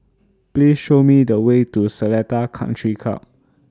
Please Show Me The Way to Seletar Country Club